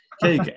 Hey